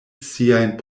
siajn